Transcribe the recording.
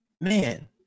Man